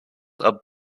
are